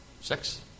Six